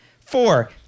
Four